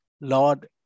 Lord